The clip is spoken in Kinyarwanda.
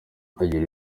agira